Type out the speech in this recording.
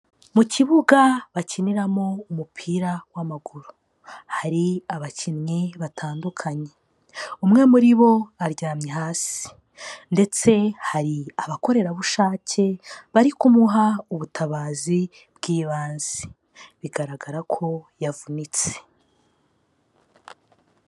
Mu kibuga bakiniramo umupira w'amaguru, hari abakinnyi batandukanye, umwe muri bo aryamye hasi ndetse hari abakorerabushake bari kumuha ubutabazi bw'ibanze bigaragara ko yavunitse.